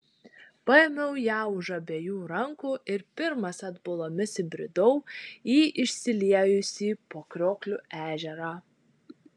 paėmiau ją už abiejų rankų ir pirmas atbulomis įbridau į išsiliejusį po kriokliu ežerą